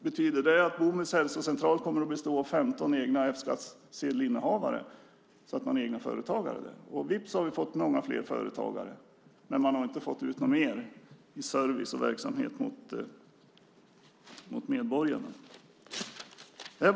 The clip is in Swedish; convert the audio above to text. Betyder det att Bomhus Hälsocentral kommer att bestå av 15 innehavare av F-skattsedel? Vips har vi fått många fler företagare, men man har inte fått ut mer i service och verksamhet för medborgarna.